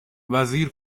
وزیر